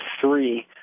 three